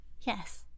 Yes